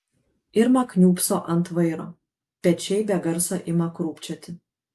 irma kniūbso ant vairo pečiai be garso ima krūpčioti